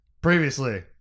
previously